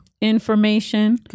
Information